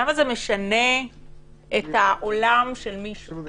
למה זה משנה את העולם של מישהו?